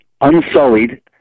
unsullied